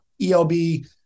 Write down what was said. ELB